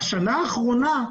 בשנה האחרונה,